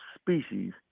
species